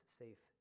safe